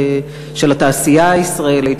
של התעשייה הישראלית,